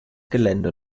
gelände